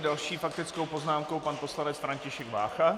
S další faktickou poznámkou pan poslanec František Vácha.